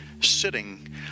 Sitting